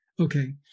okay